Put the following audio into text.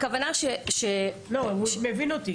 הוא מבין אותי,